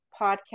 podcast